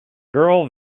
girl